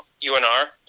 UNR